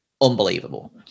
unbelievable